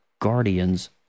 Guardians